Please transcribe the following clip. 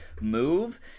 move